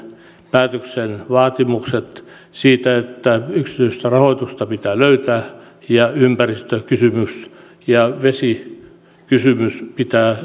päätöksen ja vaatimukset että yksityistä rahoitusta pitää löytää ja ympäristökysymys ja vesikysymys pitää